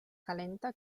calenta